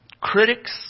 critics